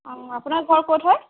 অঁ আপোনাৰ ঘৰ ক'ত হয়